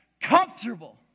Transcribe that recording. comfortable